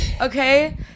okay